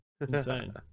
insane